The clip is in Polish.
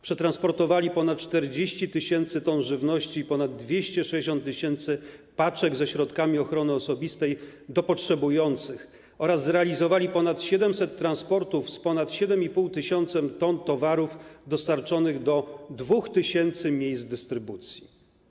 Przetransportowali ponad 40 tys. t żywności i ponad 260 tys. paczek ze środkami ochrony osobistej do potrzebujących oraz zrealizowali ponad 700 transportów z ponad 7,5 tys. t towarów dostarczonych do 2 tys. miejsc dystrybucji.